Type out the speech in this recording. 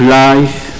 life